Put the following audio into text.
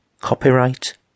copyright